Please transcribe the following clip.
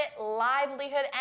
livelihood